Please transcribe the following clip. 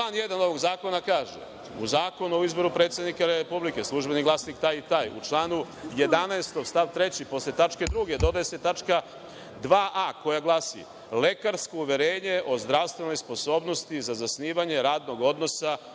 službama. Član 1. ovog zakona kaže - U Zakonu o izboru predsednika Republike, „Službeni glasnik“ taj i taj, u članu 11. stav 3. posle tačke 2) dodaje se tačka 2a. koja glasi - lekarsko uverenje o zdravstvenoj sposobnosti za zasnivanje radnog odnosa u